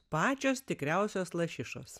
pačios tikriausios lašišos